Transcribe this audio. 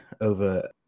over